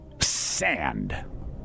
Sand